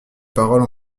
parole